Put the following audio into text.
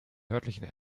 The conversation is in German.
nördlichen